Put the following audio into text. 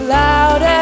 loud